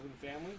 family